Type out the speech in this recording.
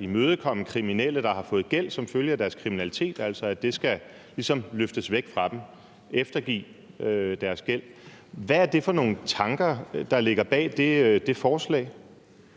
imødekomme kriminelle, der har fået gæld som følge af deres kriminalitet, altså at det ligesom skal løftes væk fra dem, at man skal eftergive dem deres gæld. Hvad er det for nogle tanker, der ligger bag det forslag?